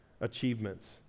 achievements